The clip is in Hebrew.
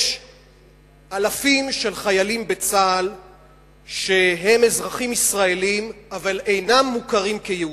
יש אלפי חיילים בצה"ל שהם אזרחים ישראלים אבל אינם מוכרים כיהודים.